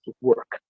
work